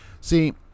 See